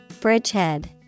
bridgehead